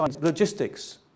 logistics